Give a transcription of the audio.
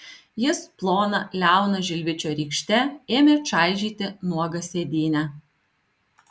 jis plona liauna žilvičio rykšte ėmė čaižyti nuogą sėdynę